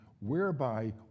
whereby